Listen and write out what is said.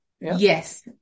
Yes